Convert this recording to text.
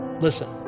Listen